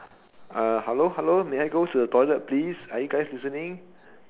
uh hello hello may I go to the toilet please are you guys listening